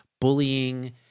bullying